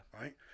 right